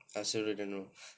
I also really don't know